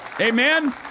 Amen